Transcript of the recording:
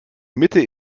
mitte